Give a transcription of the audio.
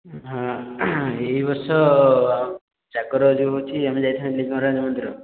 ହଁ ଏଇ ବର୍ଷ ଜାଗର ଯେଉଁ ଅଛି ଆମେ ଯାଇଥାଆନ୍ତେ ଲିଙ୍ଗରାଜ ମନ୍ଦିର